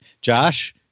Josh